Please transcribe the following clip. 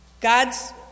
God's